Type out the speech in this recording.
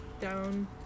down